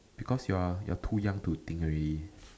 because you're you're too young to think already